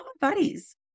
buddies